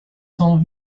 saint